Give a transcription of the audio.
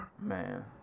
Man